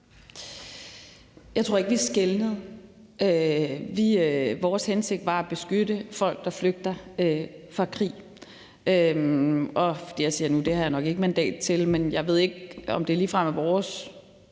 Jeg tror ikke, vi skelnede. Vores hensigt var at beskytte folk, der flygter fra krig. Og det, jeg siger nu, har jeg nok ikke mandat til, men jeg ved ikke, om det ligefrem er vores